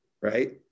right